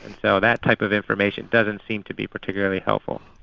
and so that type of information doesn't seem to be particularly helpful.